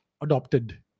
adopted